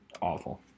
awful